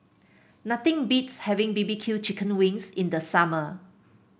nothing beats having B B Q Chicken Wings in the summer